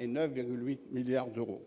et 9,8 milliards d'euros.